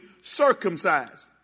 circumcised